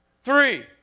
three